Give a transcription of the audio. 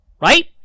Right